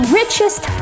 richest